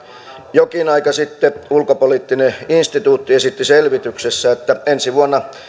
jokin aika sitten ulkopoliittinen instituutti esitti selvityksessään että ensi vuonna